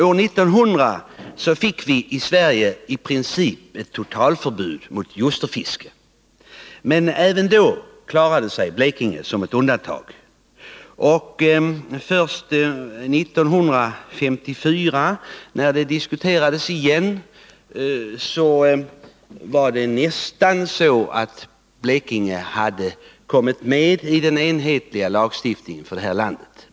År 1900 fick vi i Sverige i princip ett totalförbud mot ljusterfiske, men även då klarade sig Blekinge som ett undantag. Först 1954, när denna fråga diskuterades igen, kom Blekinge nästan med i den enhetliga lagstiftningen för detta land.